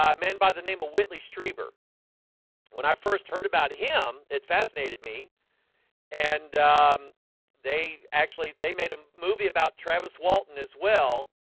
um men by the name of whitley strieber when i first heard about him it fascinated me and um they actually they made a movie about travis walton as well,